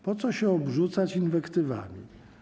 Po co się obrzucać inwektywami?